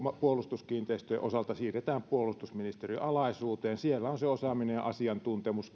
puolustuskiinteistöjen osalta siirretään puolustusministeriön alaisuuteen siellä on keskitetysti se osaaminen ja asiantuntemus